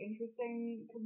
interesting